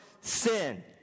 sin